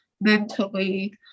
mentally